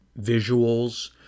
visuals